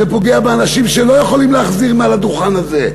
זה פוגע באנשים שלא יכולים להחזיר מהדוכן הזה,